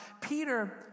Peter